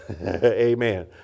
Amen